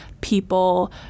people